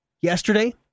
yesterday